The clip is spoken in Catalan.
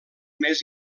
més